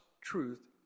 truth